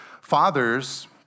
fathers